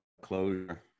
closure